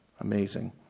Amazing